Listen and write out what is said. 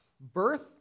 birth